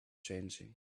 changing